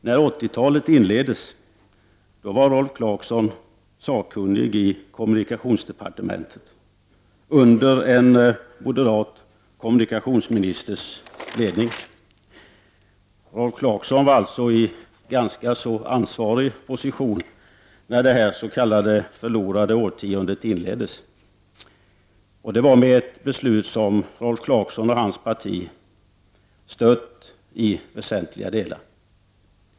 När 80-talet inleddes var Rolf Clarkson sakkunnig i kommunikationsdepartementet under en moderat kommunikationsministers ledning. Rolf Clarkson var alltså i ganska ansvarig position när det s.k. förlorade årtiondet inleddes. Det gällde ett beslut som Rolf Clarkson och hans parti stödde i väsentliga delar.